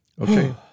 Okay